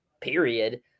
period